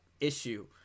issue –